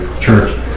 church